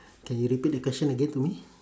can you repeat the question again to me